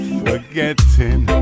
forgetting